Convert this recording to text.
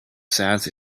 sands